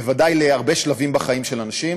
בוודאי להרבה שלבים בחיים של אנשים,